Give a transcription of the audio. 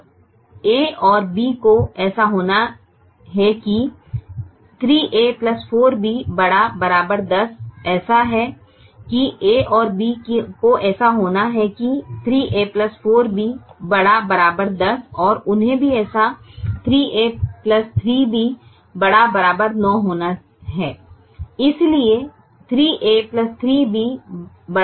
अब a और b को ऐसा होना है की 3a 4b ≥ 10 ऐसा है कि a और b को ऐसा होना है कि 3a 4b ≥ 10 और उन्हें भी ऐसा 3a 3b ≥ 9 होना है इसलिए 3a 3b ≥ 9 है